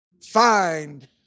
find